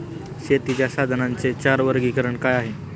शेतीच्या साधनांचे चार वर्गीकरण काय आहे?